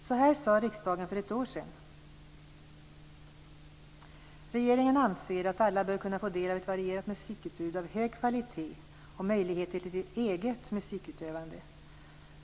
Så här sade riksdagen för ett år sedan: "Regeringen anser att alla bör kunna få del av ett varierat musikutbud av hög kvalitet och möjligheter till eget musikutövande.